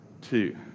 two